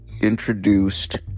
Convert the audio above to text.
introduced